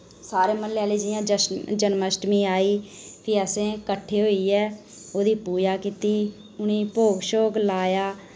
सारे म्हल्ले आह्ले जि'यां जन्माश्टमी आई फ्ही असें कट्ठे होइयै ओह्दी पूजा कीत्ती उ'नें ई भोग शोग लाया